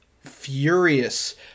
furious